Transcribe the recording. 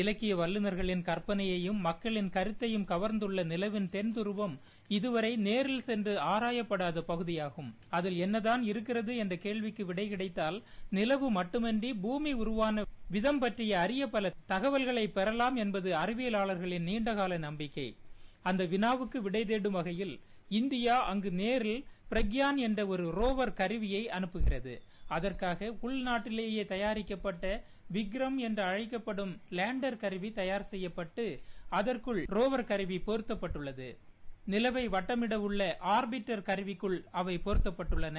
இலக்கிய வல்லூர்களின் தற்பனையபும் மக்களின் கருத்தையும் கவர்ந்தள்ள நிலவின் தென்தருவம் இதவரா நேரில் சென்று ஆராயப்படாத பகுதியாகும் அதில் என்னதான் இருக்கிறது என்ற கேள்விக்கு விட கிடைத்தால் நிலவு மட்டுமின்றி பூமி உருவாள விதம்புற்றிய அரிய பல தகவல்கள் பெறவாம் என்பது அறிவியவாளர்களின் நீண்டகால நம்பிக்கை அந்த விளாவுக்கு விடை தேடும் வகையில் இந்தியா அங்கு நேரில் பிரங்பான் என்ற ஒரு ரோவர் கருவியை அறுப்புகிறது அதற்காக உள்நாட்டிலேயே தயாரிக்கப்பட்ட விளம் என்று அமைக்கப்படும் லேண்டர் கருவி தயார் செப்யப்பட்டு அதற்குள் ரோவர் கருவி பொருத்தப்பட்டுள்ளது நிலவை வட்டமிடவுள்ள ஆர்பிட்டர் கருவிக்குள் அவை பொருத்தப்பட்டுள்ளன